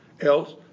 Else